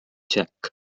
jack